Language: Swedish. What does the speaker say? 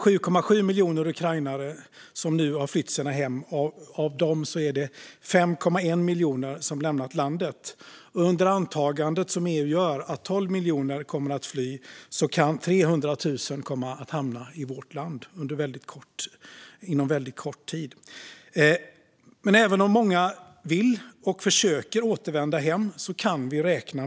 7,7 miljoner ukrainare har nu flytt sina hem. Av dem har 5,1 miljoner lämnat landet. EU gör antagandet att 12 miljoner kommer att fly. Det innebär att 300 000 kan komma att hamna i vårt land inom väldigt kort tid. Många vill och försöker återvända hem.